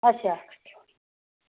अच्छा